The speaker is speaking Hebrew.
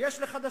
יש לי חדשות